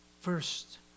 First